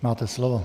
Máte slovo.